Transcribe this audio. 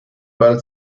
bald